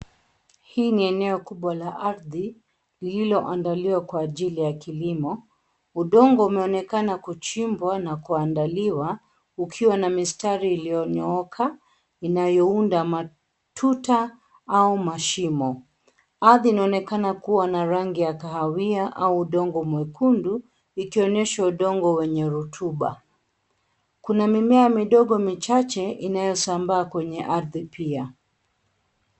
Hii ni eneo kubwa la ardhi lililoandaliwa kwa ajili ya kilimo. Udongo umeonekana kuchimbwa na kuandaliwa ukiwa na mistari iliyonyooka inayoaunda matuta au mashimo. Ardhi inaonekana kuwa na rangi ya kahawia au udongo mwekundu, ikionyesha udongo wenye rutuba. Kuna mimea midogo michache inayosambaa kwenye ardhi pia.